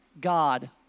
God